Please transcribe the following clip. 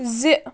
زِ